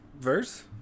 verse